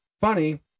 Funny